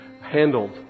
handled